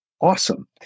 awesome